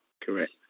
Correct